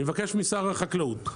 אני מבקש משר החקלאות,